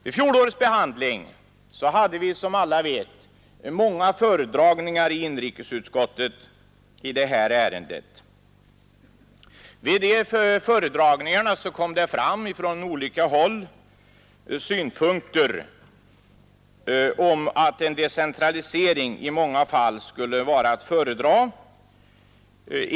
Vid fjolårets behandling i inrikesutskottet hade vi, som alla vet, många föredragningar i det här ärendet, och då framkom från olika håll meningen att en decentralisering i många fall skulle vara att föredra.